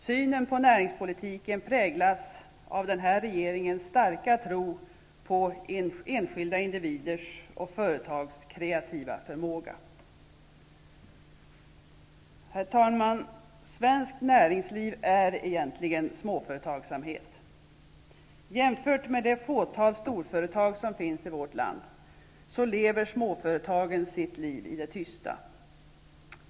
Synen på näringspolitiken präglas av den här regeringens starka tro på enskilda individers och företags kreativa förmåga. Herr talman! Svenskt näringsliv är egentligen småföretagsamhet. Jämfört med det fåtal storföretag som finns i vårt land, lever småföretagen sitt liv i det tysta.